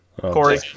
Corey